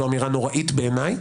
זו אמירה ממש נוראית בעיניי.